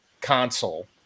console